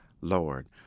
Lord